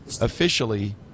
officially